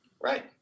Right